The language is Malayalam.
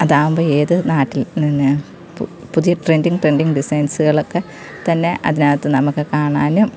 അതാകുമ്പോൾ ഏത് നാട്ടിൽ ന്നെന്നെ പുതിയ ട്രെൻഡിങ് ട്രെൻഡിങ് ഡിസൈൻസുകൾ ഒക്കെ തന്നെ അതിനകത്ത് നമുക്ക് കാണാനും